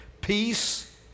Peace